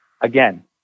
again